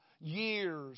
years